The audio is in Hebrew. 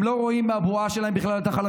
הם בכלל לא רואים מהבועה שלהם את החלשים.